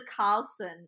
Carlson